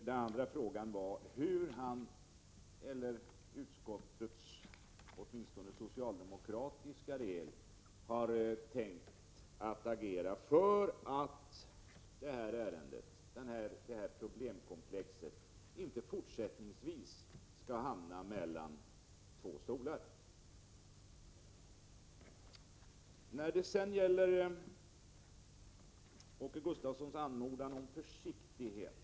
Den andra frågan var hur han eller utskottets socialdemokratiska del hade tänkt att agera för att det här problemkomplexet inte fortsättningsvis skall hamna mellan två stolar. Åke Gustavsson manade till försiktighet.